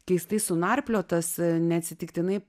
keistai sunarpliotas neatsitiktinai